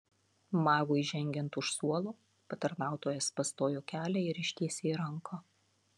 magui žengiant už suolo patarnautojas pastojo kelią ir ištiesė ranką